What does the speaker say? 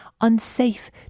unsafe